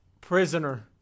prisoner